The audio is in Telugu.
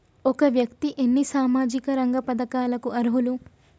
ఒక వ్యక్తి ఎన్ని సామాజిక రంగ పథకాలకు అర్హులు?